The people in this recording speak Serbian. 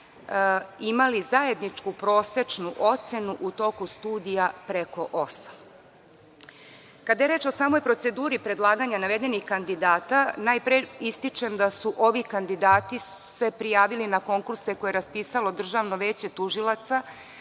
imali zajedničku prosečnu ocenu u toku studija preko osam. Kada je reč o samoj proceduri predlaganja navedenih kandidata, najpre ističem da su se ovi kandidati prijavili na konkurse koje je raspisalo Državno veće tužilaca